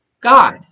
God